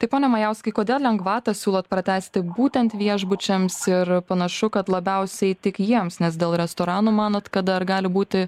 tai pone majauskai kodėl lengvatą siūlot pratęsti būtent viešbučiams ir panašu kad labiausiai tik jiems nes dėl restoranų manot kad dar gali būti